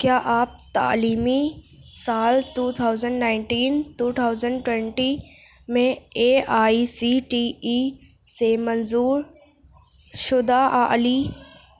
کیا آپ تعلیمی سال two thousand nineteen to thousand twenty میں A I C T E سے منظور شدہ اعلی